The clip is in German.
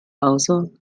außer